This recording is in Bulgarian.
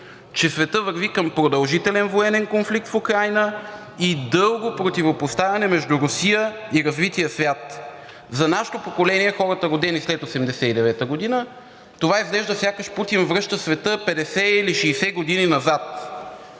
че светът върви към продължителен военен конфликт в Украйна и дълго противопоставяне между Русия и развития свят. За нашето поколение – хората, родени след 1989 г., това изглежда сякаш Путин връща света 50 или 60 години назад.